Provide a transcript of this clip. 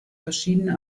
verschiedene